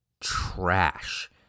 trash